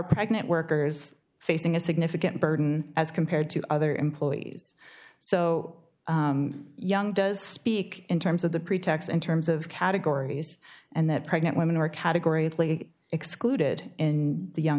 pregnant workers facing a significant burden as compared to other employees so young does speak in terms of the pretax in terms of categories and that pregnant women are category excluded in the young